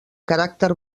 caràcter